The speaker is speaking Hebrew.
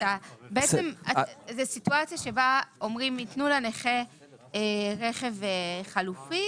זו סיטואציה בה אומרים שייתנו לנכה רכב חלופי